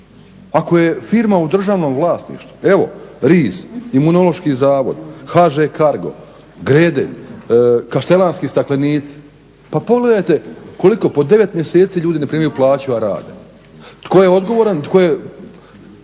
Ako je firma u državnom vlasništvu, evo RIZ, Imunološki zavod, HŽ Cargo, GREDELJ, Kaštelanski staklenici pa pogledajte koliko, po 9 mjeseci ljudi ne primaju plaću a rade. Tko je odgovoran, tko je